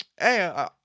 hey